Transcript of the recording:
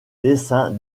dessin